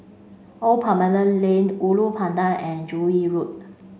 Old Parliament Lane Ulu Pandan and Joo Yee Road